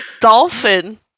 dolphin